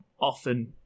often